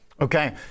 Okay